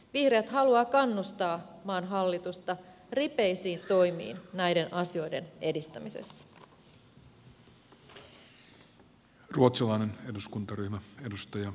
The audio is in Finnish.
vihreät haluaa kannustaa maan hallitusta ripeisiin toimiin näiden asioiden edistämisessä